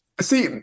see